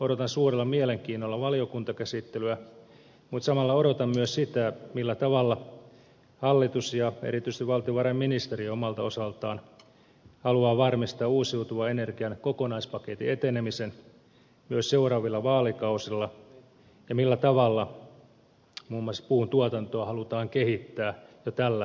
odotan suurella mielenkiinnolla valiokuntakäsittelyä mutta samalla odotan myös sitä millä tavalla hallitus ja erityisesti valtiovarainministeri omalta osaltaan haluaa varmistaa uusiutuvan energian kokonaispaketin etenemisen myös seuraavilla vaalikausilla ja millä tavalla muun muassa puun tuotantoa halutaan kehittää jo tällä vaalikaudella